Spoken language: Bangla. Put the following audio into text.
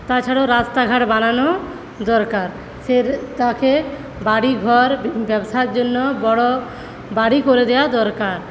তাছাড়াও রাস্তাঘাট বানানো দরকার সে তাকে বাড়িঘর ব্যবসার জন্য বড়ো বাড়ি করে দেওয়া দরকার